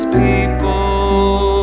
people